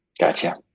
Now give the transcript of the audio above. Gotcha